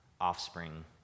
offspring